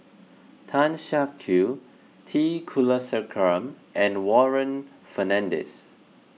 Tan Siak Kew T Kulasekaram and Warren Fernandez